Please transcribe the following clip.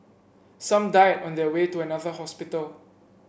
some died on their way to another hospital